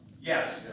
Yes